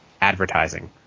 advertising